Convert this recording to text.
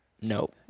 Nope